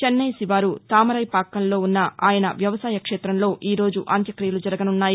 చెన్నై శివారు తామరైపాక్కంలో ఉన్న ఆయన వ్యవసాయ క్షేతంలో ఈరోజు అంత్యక్తియలు జరుగనున్నాయి